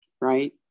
right